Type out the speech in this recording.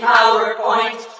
PowerPoint